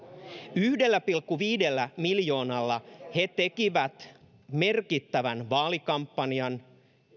yhdellä pilkku viidellä miljoonalla he tekivät merkittävän vaalikampanjan